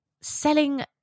selling